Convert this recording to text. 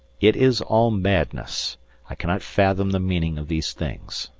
it is all madness i cannot fathom the meaning of these things.